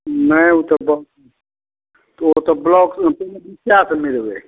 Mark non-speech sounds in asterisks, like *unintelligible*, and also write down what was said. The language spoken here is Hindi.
नहीं उ तब तो ओ तो ब्लॉक *unintelligible* नहीं देबै